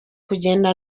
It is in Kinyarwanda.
kugenda